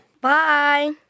Bye